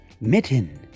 mitten